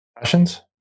Passions